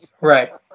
Right